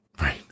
Right